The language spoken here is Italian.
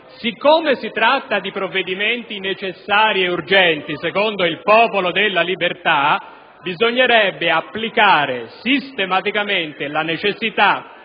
Siccome si tratta di provvedimenti necessari ed urgenti secondo il Popolo della Libertà, bisognerebbe applicare sistematicamente il